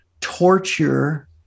torture